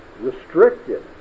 restricted